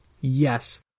Yes